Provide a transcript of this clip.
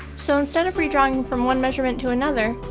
so instead of redrawing from one measurement to another,